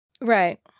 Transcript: Right